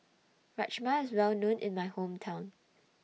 Rajma IS Well known in My Hometown